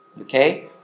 Okay